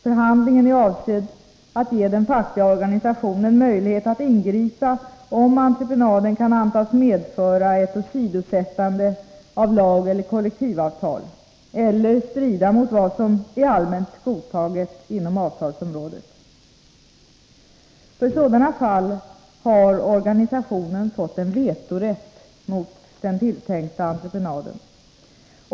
Förhandlingen är avsedd att ge den fackliga organisationen möjlighet att ingripa om entreprenaden kan antas medföra ett åsidosättande av lag eller kollektivavtal eller strida mot vad som är allmänt godtaget inom avtalsområdet. För sådana fall har organisationen fått en vetorätt mot den tilltänkta entreprenaden.